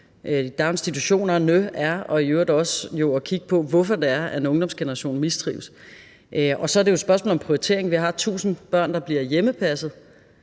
i daginstitutionerne er, og i øvrigt også ved at kigge på, hvorfor det er, at en ungdomsgeneration mistrives. Og så er det jo et spørgsmål om prioritering. Vi har 1.000 børn, der bliver hjemmepasset,